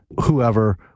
whoever